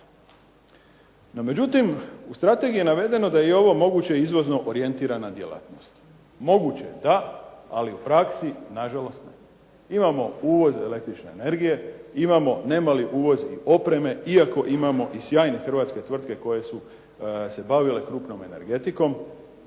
međutim, u strategiji je navedeno da je i ovo moguće izvozno orijentirana djelatnost. Moguće da, ali u praksi nažalost ne. Imamo uvoz električne energije, imamo nemali uvoz i opreme iako imamo i sjajne hrvatske tvrtke koje su se bavile krupnom energetikom.